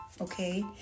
Okay